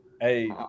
Hey